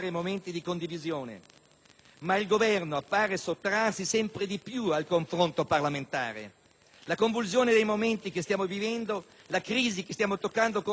ma il Governo appare sottrarsi sempre di più al confronto parlamentare. La convulsione dei momenti che stiamo vivendo, la crisi che stiamo toccando con mano, ogni giorno sempre di più,